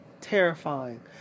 terrifying